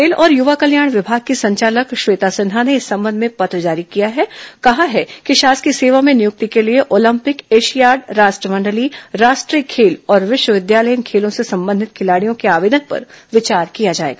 खेल और युवा कल्याण विभाग की संचालक श्वेता सिन्हा ने इस संबंध में पत्र जारी कर कहा है कि शासकीय सेवा में नियुक्ति के लिए ओलंपिक एशियाड राष्ट्र मंडलीय राष्ट्रीय खेल और विश्वविद्यालयीन खेलों से संबंधित खिलाडियों के आवेदन पर विचार किया जाएगा